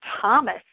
Thomas